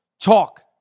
talk